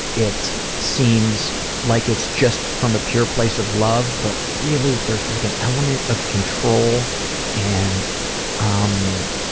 it seems like it's just from a pure place of love, but really, there's like an element of control and um,